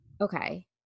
Okay